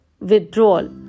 withdrawal